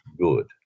good